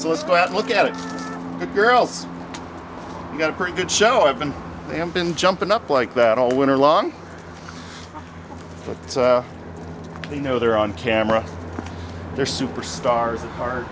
let's go out and look at the girls got a pretty good show i've been they have been jumping up like that all winter long but they know they're on camera they're superstars at hear